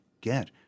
get